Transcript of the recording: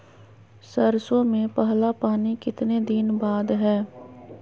सरसों में पहला पानी कितने दिन बाद है?